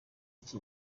iki